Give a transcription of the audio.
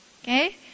okay